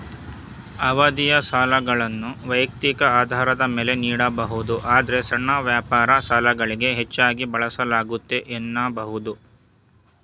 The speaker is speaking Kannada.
ಅವಧಿಯ ಸಾಲಗಳನ್ನ ವೈಯಕ್ತಿಕ ಆಧಾರದ ಮೇಲೆ ನೀಡಬಹುದು ಆದ್ರೆ ಸಣ್ಣ ವ್ಯಾಪಾರ ಸಾಲಗಳಿಗೆ ಹೆಚ್ಚಾಗಿ ಬಳಸಲಾಗುತ್ತೆ ಎನ್ನಬಹುದು